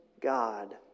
God